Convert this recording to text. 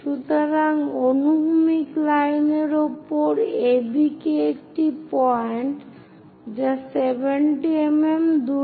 সুতরাং অনুভূমিক লাইনের উপর AB একটি পয়েন্ট যা 70 mm দূরে